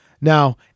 Now